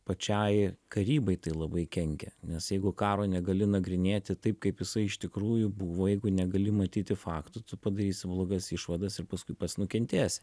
pačiai karybai tai labai kenkia nes jeigu karo negali nagrinėti taip kaip jisai iš tikrųjų buvo jeigu negali matyti faktų tu padarysi blogas išvadas ir paskui pats nukentėsi